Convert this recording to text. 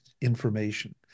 information